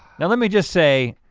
now let me just say,